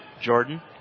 Jordan